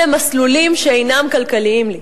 אלה מסלולים שאינם כלכליים לי.